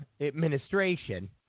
administration